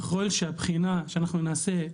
ככל שהבחינה שאנחנו נעשה.